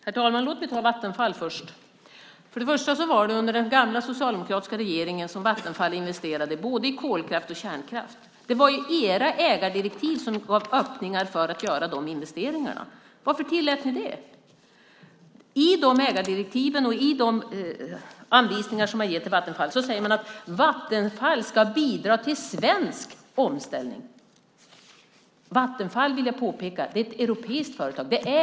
Herr talman! Låt mig ta Vattenfall först. För det första var det under den gamla socialdemokratiska regeringen som Vattenfall investerade i både kolkraft och kärnkraft. Det var era ägardirektiv som gav öppningar för att göra de investeringarna. Varför tillät ni det? I de ägardirektiven och i de anvisningar som man ger till Vattenfall säger man att Vattenfall ska bidra till svensk omställning. Vattenfall är ett europeiskt företag, vill jag påpeka.